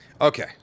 Okay